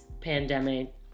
pandemic